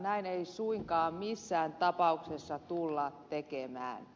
näin ei suinkaan missään tapauksessa tulla tekemään